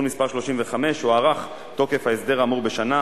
מס' 35) הוארך תוקף ההסדר האמור בשנה,